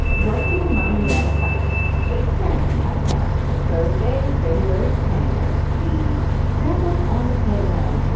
welcome to mom and dad or fighting place parenting podcast for thursday, february twentieth. the trampled on the playground